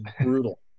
brutal